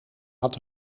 had